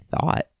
thought